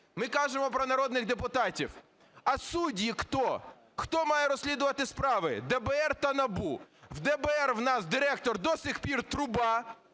Ми кажемо про народних депутатів. А судді хто? Хто має розслідувати справи? ДБР та НАБУ. В ДБР у нас директор до сих пір Труба,